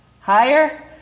higher